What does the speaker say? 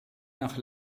nach